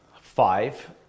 five